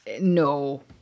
No